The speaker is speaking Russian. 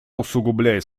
усугубляет